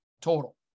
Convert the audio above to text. total